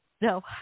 No